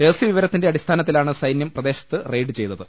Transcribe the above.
രഹസ്യ വിവരത്തിന്റെ അടിസ്ഥാനത്തിലാണ് സൈന്യം പ്രദേശത്ത് റെയ്ഡ് ചെയ്തത്